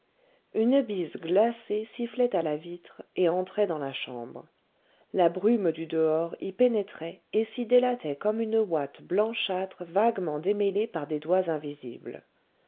une bise glacée sifflait à la vitre et entrait dans la chambre la brume du dehors y pénétrait et s'y dilatait comme une ouate blanchâtre vaguement démêlée par des doigts invisibles